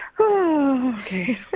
Okay